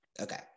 Okay